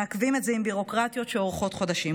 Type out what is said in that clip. מעכבים את זה עם ביורוקרטיות שאורכות חודשים.